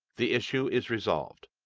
the issue is resolved.